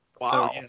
wow